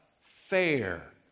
fair